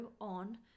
on